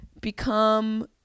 become